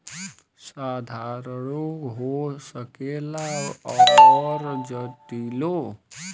साधारणो हो सकेला अउर जटिलो